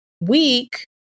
week